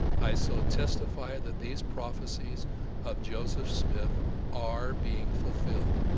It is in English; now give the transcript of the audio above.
i so testify that these prophecies of joseph smith are being fulfilled.